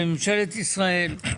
בממשלת ישראל.